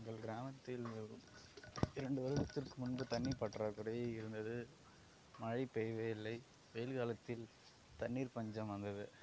எங்கள் கிராமத்தில் இரண்டு வருடத்திற்கு முன்பு தண்ணி பற்றாக்குறை இருந்தது மழை பெய்யவே இல்லை வெயில் காலத்தில் தண்ணீர் பஞ்சம் வந்தது